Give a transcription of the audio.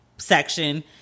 section